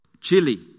Chili